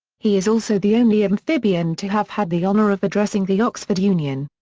he is also the only amphibian to have had the honor of addressing the oxford union.